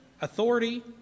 authority